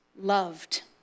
loved